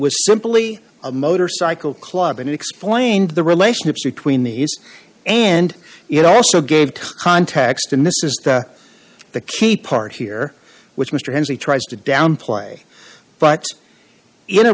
was simply a motorcycle club and explained the relationships between these and it also gave context and this is the key part here which mr henslee tries to downplay but in a